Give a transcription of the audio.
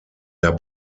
der